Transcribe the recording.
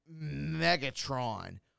Megatron